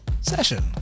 Session